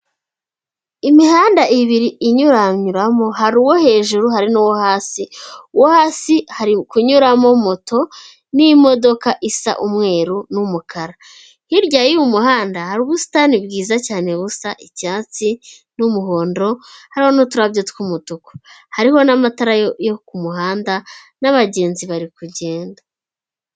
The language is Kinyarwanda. Imihanda ibiri inyuranyuranamo, hari uwo hejuru hari no uwo hasi, uwo hasi hari kunyuramo moto n'imodoka isa umweru n'umukara, hirya y'umuhanda hari ubusitani bwiza cyane busa icyatsi n'umuhondo hari n'uturabyo tw'umutuku hariho n'amatara yo ku muhanda nabagenzi bari kugenda.